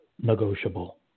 negotiable